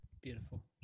Beautiful